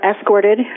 escorted